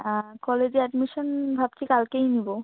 হ্যাঁ কলেজে অ্যাডমিশান ভাবছি কালকেই নেবো